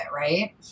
Right